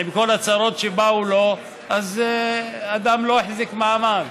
עם כל הצרות שבאו לו, האדם לא החזיק מעמד.